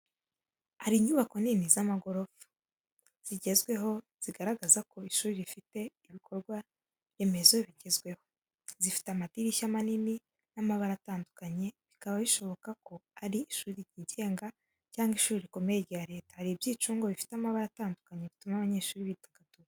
Hari inyubako nini y’amagorofa, zigezweho, zigaragaza ko ari ishuri rifite ibikorwa remezo bigezweho. Zifite amadirishya manini n’amabara atandukanye, bikaba bishoboka ko ari ishuri ryigenga cyangwa ishuri rikomeye rya leta hari ibyicungo bifite amabara atandukanye bituma abanyeshuri bidagadura.